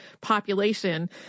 population